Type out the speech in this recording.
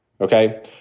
okay